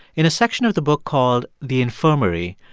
in a section of the book called the infirmary,